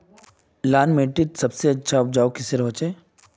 लाल माटित सबसे अच्छा उपजाऊ किसेर होचए?